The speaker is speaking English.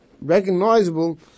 recognizable